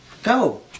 Go